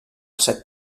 set